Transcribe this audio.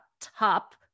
top